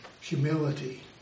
humility